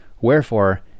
wherefore